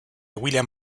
william